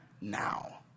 now